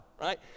right